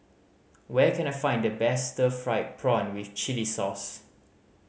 where can I find the best stir fried prawn with chili sauce